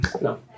No